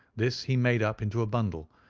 this he made up into a bundle,